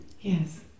Yes